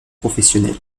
professionnel